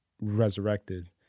resurrected